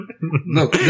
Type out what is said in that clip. no